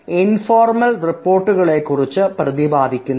ഇവിടെ ഇൻഫോർമൽ റിപ്പോർട്ടുകളെ കുറിച്ച് പ്രതിപാദിക്കുന്നു